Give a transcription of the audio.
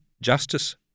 justice